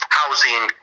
housing